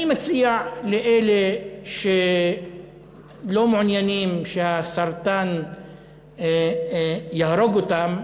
אני מציע לאלה שלא מעוניינים שהסרטן יהרוג אותם,